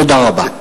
תודה רבה.